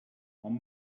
one